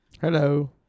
Hello